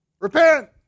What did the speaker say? Repent